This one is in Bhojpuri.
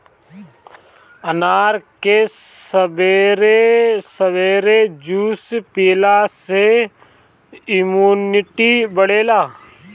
अनार के सबेरे सबेरे जूस पियला से इमुनिटी बढ़ेला